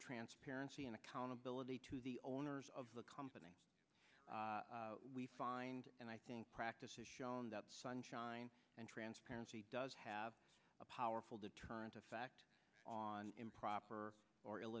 transparency and accountability to the owners of the company we find and i think practices shown that sunshine and transparency does have a powerful deterrent effect on improper or ill